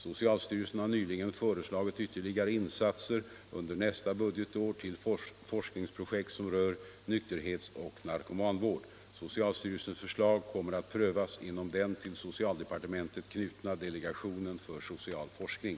Socialstyrelsen har nyligen föreslagit ytterligare insatser under nästa budgetår till forskningsprojekt som rör nykterhets och narkomanvård. Socialstyrelsens förslag kommer att prövas inom den till socialdepartementet knutna delegationen för social forskning.